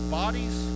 bodies